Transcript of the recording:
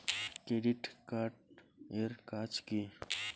Credit card এর কাজ কি?